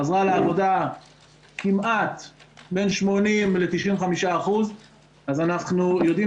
היום חזרה לעבודה כמעט 95-80% אז אנחנו יודעים